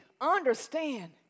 understand